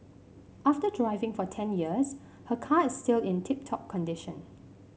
after driving for ten years her car is still in tip top condition